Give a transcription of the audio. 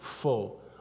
full